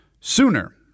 sooner